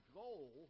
goal